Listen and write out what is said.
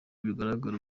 bigaragaza